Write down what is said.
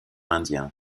indien